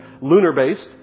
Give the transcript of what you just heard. lunar-based